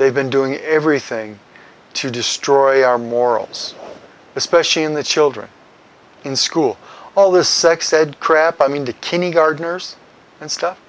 they've been doing everything to destroy our morals especially in the children in school all this sex ed crap i mean to kindergartners and stuff